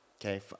Okay